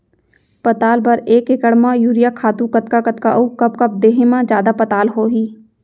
पताल बर एक एकड़ म यूरिया खातू कतका कतका अऊ कब कब देहे म जादा पताल होही?